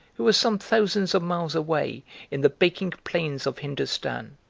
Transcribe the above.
who was some thousands of miles away in the baking plains of hindostan,